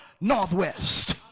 northwest